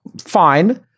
fine